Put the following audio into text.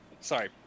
Sorry